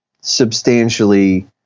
substantially